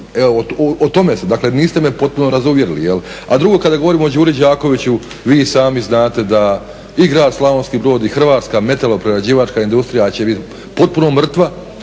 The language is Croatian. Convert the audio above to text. o tome ste, dakle niste me potpuno razuvjerili. A drugo, kada govorimo o "Đuri Đakoviću", vi sami znate da i grad Slavonski Brod i hrvatska metaloprerađivačka industrija će biti potpuno mrtva